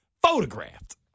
photographed